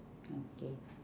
okay